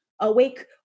Awake